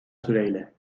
süreyle